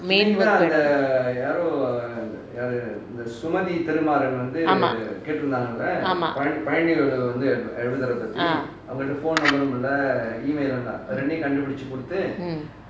main ஆமாம்:aamaam ah mm